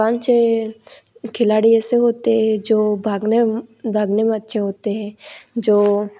पाँच छः खिलाड़ी ऐसे होते हैं जो भागने भागने में अच्छे होते हैं जो